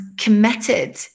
committed